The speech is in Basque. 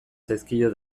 zaizkio